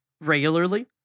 regularly